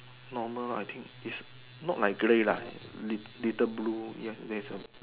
normal I think is not like grey lah lit~ little blue ya there's a